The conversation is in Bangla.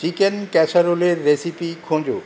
চিকেন ক্যাসারোলের রেসিপি খোঁজ